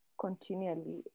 continually